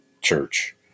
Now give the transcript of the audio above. church